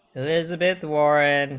elizabeth warren